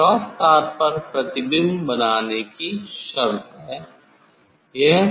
यह क्रॉस तार पर प्रतिबिंब बनाने की शर्त है